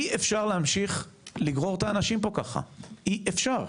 אי אפשר להמשיך לגרור את האנשים פה ככה, אי אפשר.